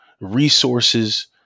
resources